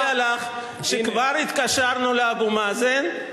אני מודיע לךְ שכבר התקשרנו לאבו מאזן,